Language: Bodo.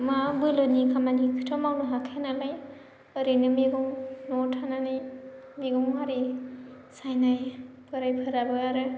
मा बोलोनि खामानिखौथ' मावनो हाखाया नालाय ओरैनो मैगं न'वाव थानानै मैगं आरि सायनाय बोरायफोराबो आरो